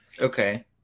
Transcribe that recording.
Okay